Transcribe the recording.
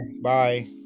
Bye